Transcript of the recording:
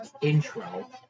intro